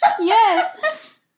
Yes